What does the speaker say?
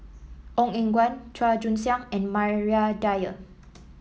Ong Eng Guan Chua Joon Siang and Maria Dyer